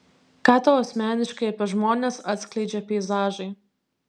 ką tau asmeniškai apie žmones atskleidžia peizažai